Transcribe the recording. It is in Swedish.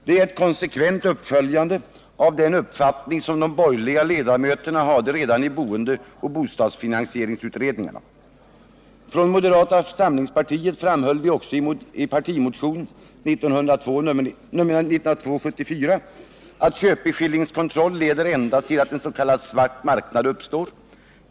Det är ett konsekvent uppföljande av den uppfattning som de borgerliga riksdagsledamöterna hade redan i boendeoch bostadsfinansieringsutredningarna. Från moderata samlingspartiet framhöll vi också i en partimotion 1974:192 bl.a.: ”Köpeskillingskontroll leder endast till att en s.k. svart marknad uppstår.